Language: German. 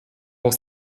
aus